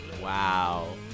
Wow